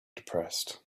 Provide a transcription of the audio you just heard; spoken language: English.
depressed